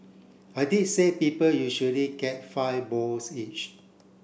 I did say people usually get five bowls each